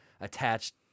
attached